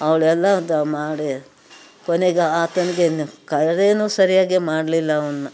ಅವ್ಳು ಎಲ್ಲದನ್ನೂ ಮಾಡಿ ಕೊನೆಗ ಆತನಿಗೇನು ಕಾರ್ಯನೂ ಸರಿಯಾಗಿ ಮಾಡಲಿಲ್ಲ ಅವನ